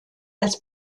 als